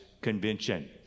convention